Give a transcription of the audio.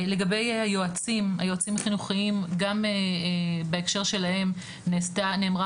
לגבי היועצים החינוכיים גם בהקשר שלהם נאמרה